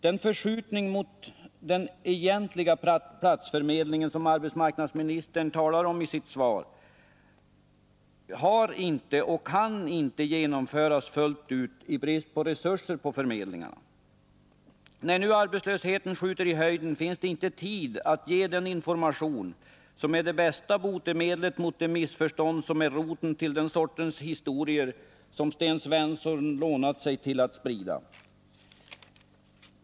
Den förskjutning mot den egentliga platsförmedlingen som arbetsmarknadsministern talar om i sitt svar har inte genomförts och kan inte genomföras fullt ut i brist på resurser på arbetsförmedlingarna. När nu siffrorna för arbetslösheten skjuter i höjden har man inte tid att ge information, är det bästa botemedlet mot de missförstånd som är roten till den sortens historier som Sten Svensson lånat sig till att sprida.